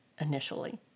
initially